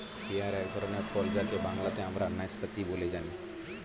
pair এক ধরনের ফল যাকে বাংলাতে আমরা নাসপাতি বলে জানি